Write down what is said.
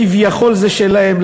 כביכול זה שלהם.